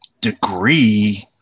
degree